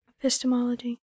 Epistemology